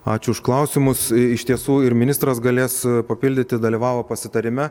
ačiū už klausimus iš tiesų ir ministras galės papildyti dalyvavo pasitarime